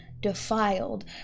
defiled